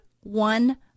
one